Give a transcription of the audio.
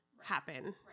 happen